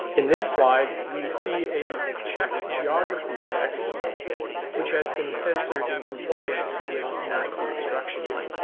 in this slide we see a czech geography textbook which has been censored in compliance with nazi instructions.